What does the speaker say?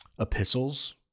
epistles